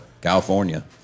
California